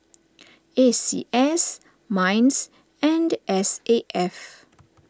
A C S Minds and S A F